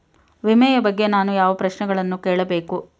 ವಿಮೆಯ ಬಗ್ಗೆ ನಾನು ಯಾವ ಪ್ರಶ್ನೆಗಳನ್ನು ಕೇಳಬೇಕು?